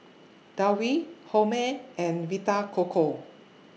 Downy Hormel and Vita Coco